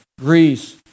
Greece